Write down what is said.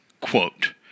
quote